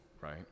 right